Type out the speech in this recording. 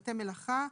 בתי מלאכה,